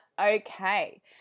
okay